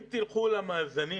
אם תלכו למאזנים